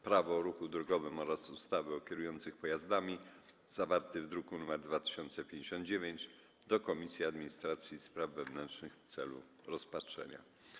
Prawo o ruchu drogowym oraz ustawy o kierujących pojazdami, zawarty w druku nr 2059, do Komisji Administracji i Spraw Wewnętrznych w celu rozpatrzenia.